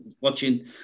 watching